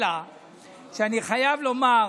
אלא שאני חייב לומר,